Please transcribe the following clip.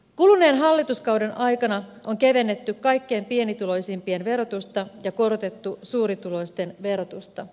kuluneen hallituskauden aikana on kevennetty kaikkein pienituloisimpien verotusta ja korotettu suurituloisten verotusta